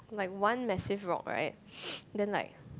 like one massive rock right then like